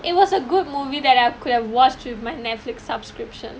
it was a good movie that I could have watched with my Netflix subscription